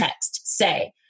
say